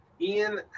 Ian